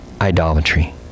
idolatry